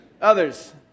Others